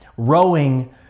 rowing